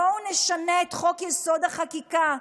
בואו נשנה את חוק-יסוד: החקיקה,